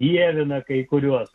dievina kai kuriuos